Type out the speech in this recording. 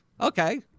okay